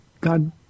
God